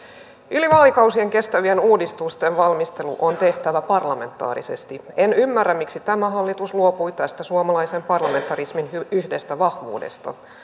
yli vaalikausien kestävien uudistusten valmistelu on tehtävä parlamentaarisesti en ymmärrä miksi tämä hallitus luopui tästä suomalaisen parlamentarismin yhdestä vahvuudesta